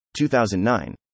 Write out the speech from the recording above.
2009